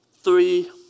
three